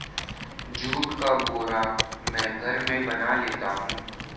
जुट का बोरा मैं घर में बना लेता हूं